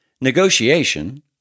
negotiation